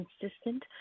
consistent